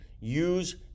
use